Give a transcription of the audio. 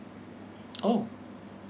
!ow!